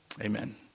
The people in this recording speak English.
Amen